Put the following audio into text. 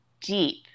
deep